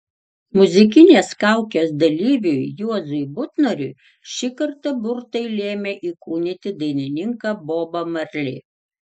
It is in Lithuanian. muzikinės kaukės dalyviui juozui butnoriui šį kartą burtai lėmė įkūnyti dainininką bobą marley